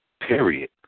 Period